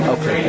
Okay